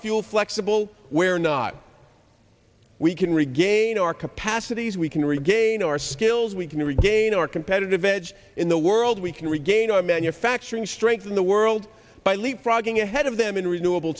fuel flexible where not we can regain our capacities we can regain our skills we can regain our competitive edge in the world we can regain our manufacturing strength in the world by leapfrogging ahead of them in renewable